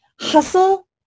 hustle